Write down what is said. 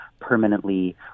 permanently